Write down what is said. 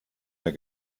mehr